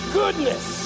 goodness